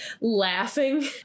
laughing